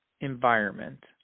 environment